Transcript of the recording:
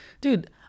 dude